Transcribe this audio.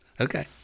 Okay